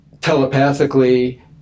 telepathically